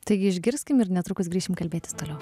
taigi išgirskim ir netrukus grįšim kalbėtis toliau